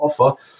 offer